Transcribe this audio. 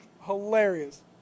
Hilarious